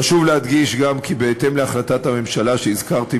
חשוב להדגיש גם כי בהתאם להחלטת הממשלה שהזכרתי,